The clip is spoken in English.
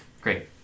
Great